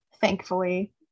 Thankfully